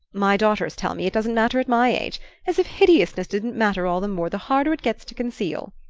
my daughters tell me it doesn't matter at my age as if hideousness didn't matter all the more the harder it gets to conceal!